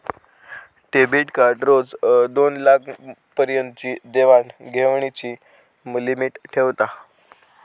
debit card रोज दोनलाखा पर्यंतची देवाण घेवाणीची लिमिट ठेवता